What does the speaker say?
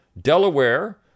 Delaware